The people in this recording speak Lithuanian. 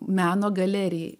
meno galerijai